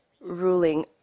ruling